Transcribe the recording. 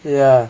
yea